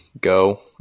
go